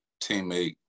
teammate